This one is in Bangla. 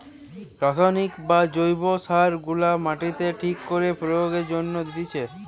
রাসায়নিক বা জৈব সার গুলা মাটিতে ঠিক করে প্রয়োগের জন্যে দিতেছে